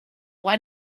why